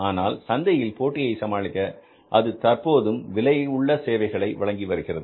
ஆனால் சந்தையில் போட்டியை சமாளிக்க அது தற்போதும் விலை உள்ள சேவைகளை வழங்கிவருகிறது